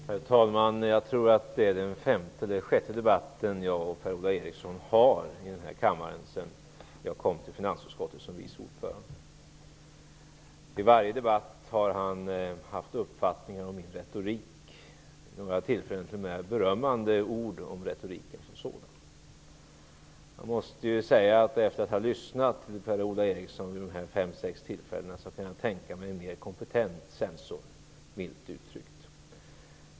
Herr talman! Jag tror att detta är den femte eller sjätte debatten som jag och Per-Ola Eriksson för i denna kammare sedan jag blev vice ordförande för finansutskottet. I varje sådan debatt har Per-Ola Eriksson haft åsikter om min retorik. Vid några tillfällen har han t.o.m. fällt några berömmande ord om retoriken som sådan. Efter att ha lyssnat till Per-Ola Eriksson vid dessa fem sex tillfällen måste jag säga att jag kan tänka mig en mer kompetent censor -- milt uttryckt.